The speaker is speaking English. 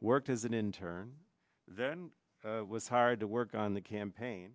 worked as an intern then was hired to work on the campaign